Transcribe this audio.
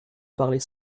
parler